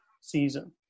season